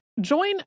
Join